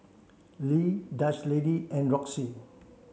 Lee Dutch Lady and Roxy